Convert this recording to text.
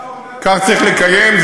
שצריך לקיים,